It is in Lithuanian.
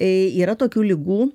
ė yra tokių ligų